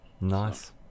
nice